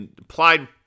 Applied